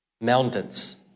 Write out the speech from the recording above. mountains